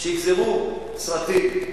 שיגזרו סרטים.